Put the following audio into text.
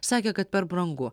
sakė kad per brangu